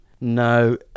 no